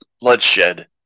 bloodshed